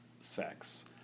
sex